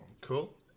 cool